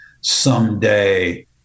someday